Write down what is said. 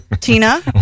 Tina